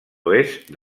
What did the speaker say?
oest